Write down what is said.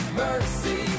mercy